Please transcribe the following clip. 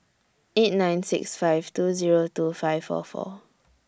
eight nine six five two Zero two five four four